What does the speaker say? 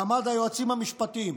מעמד היועצים המשפטיים,